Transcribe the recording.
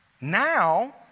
Now